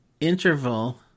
interval